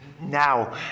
Now